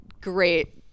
great